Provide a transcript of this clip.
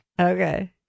Okay